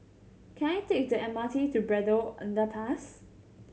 can I take the M R T to Braddell Underpass